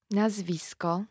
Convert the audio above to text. nazwisko